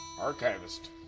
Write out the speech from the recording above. archivist